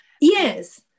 Yes